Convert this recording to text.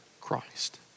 Christ